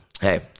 hey